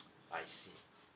I see